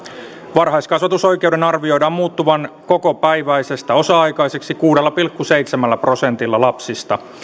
varhaiskasvatusoikeuden arvioidaan muuttuvan kokopäiväisestä osa aikaiseksi kuudella pilkku seitsemällä prosentilla lapsista